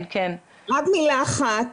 רק מילה אחת.